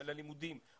ללימודים,